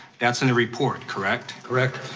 that's in the report, correct? correct.